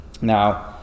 Now